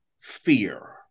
fear